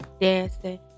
dancing